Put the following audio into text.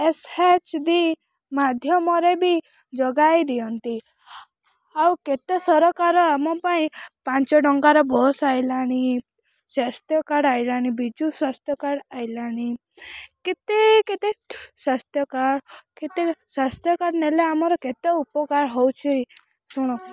S H D ମାଧ୍ୟମରେ ବି ଯୋଗାଇ ଦିଅନ୍ତି ଆଉ କେତେ ସରକାର ଆମପାଇଁ ପାଞ୍ଚଟଙ୍କାର ବସ ଆଇଲାଣି ସ୍ୱାସ୍ଥ୍ୟ କାର୍ଡ଼ ଆଇଲାଣି ବିଜୁସ୍ୱାସ୍ଥ୍ୟ କାର୍ଡ଼ ଆଇଲାଣି କେତେ କେତେ ସ୍ୱାସ୍ଥ୍ୟ କାର୍ଡ଼ କେତେ ସ୍ୱାସ୍ଥ୍ୟ କାର୍ଡ଼ ନେଲେ ଆମର କେତେ ଉପକାର ହଉଛି ଶୁଣୁ